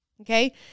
okay